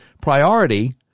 priority